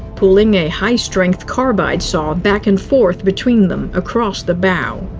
pulling a high-strength carbide saw back and forth between them across the bow.